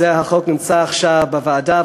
והחוק נמצא עכשיו בוועדה,